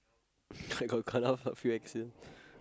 I got cut off a few ex here